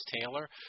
Taylor